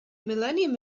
millennium